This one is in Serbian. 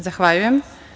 Zahvaljujem.